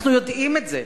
אנחנו יודעים את זה,